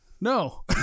no